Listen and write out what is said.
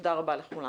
תודה רבה לכולם.